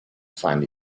find